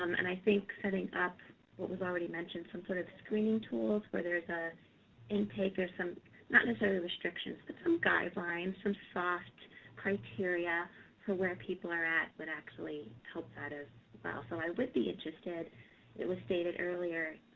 um and i think setting up what was already mentioned, some sort of screening tools, where there's an ah intake or some not necessarily restrictions, but some guidelines, some soft criteria for where people are at would actually help that as well. so i would be interested it was stated earlier